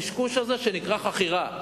הם הקשקוש הזה שנקרא חכירה.